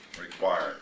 required